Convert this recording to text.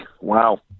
Wow